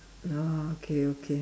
oh okay okay